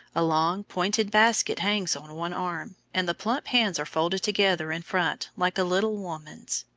a long, pointed basket hangs on one arm, and the plump hands are folded together in front like a little woman's.